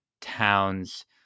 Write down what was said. Towns